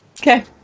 Okay